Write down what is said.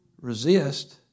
resist